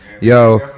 Yo